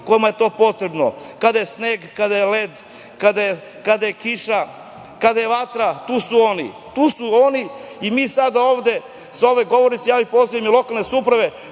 kome je to potrebno, kada je sneg, kada je led, kada je kiša, kada je vatra, tu su oni. Tu su oni i mi sada ovde, sa ove govornice, ja pozivam i lokalne samouprave